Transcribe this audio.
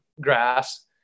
grass